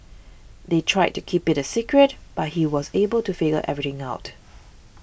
they tried to keep it a secret but he was able to figure everything out